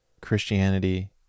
Christianity